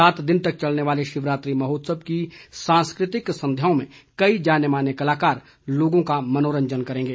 सात दिन तक चलने वाले शिवरात्रि महोत्सव की सांस्कृतिक संध्याओं में कई जाने माने कलाकार लोगों का मनोरंजन करेंगे